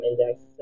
Index